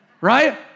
Right